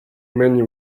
many